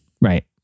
Right